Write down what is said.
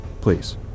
Please